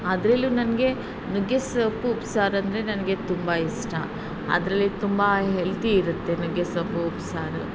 ಅದ್ರಲ್ಲೂ ನನಗೆ ನುಗ್ಗೆ ಸೊಪ್ಪು ಉಪ್ಸಾರು ಅಂದರೆ ನನಗೆ ತುಂಬ ಇಷ್ಟ ಅದರಲ್ಲಿ ತುಂಬ ಹೆಲ್ತಿ ಇರುತ್ತೆ ನುಗ್ಗೆ ಸೊಪ್ಪು ಉಪ್ಸಾರು